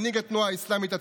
מנהיג התנועה האסלאמית הצפונית,